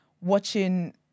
watching